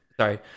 sorry